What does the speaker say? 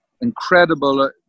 Incredible